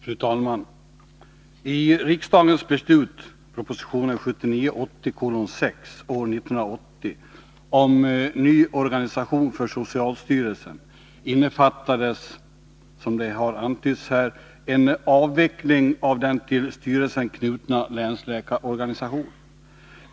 Fru talman! I riksdagens beslut — proposition 1979/80:6 — år 1980 om ny organisation för socialstyrelsen innefattades, som här har antytts, en avveckling av den till styrelsen knutna länsläkarorganisationen.